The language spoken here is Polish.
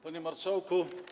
Panie Marszałku!